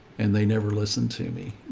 and they never listened to me,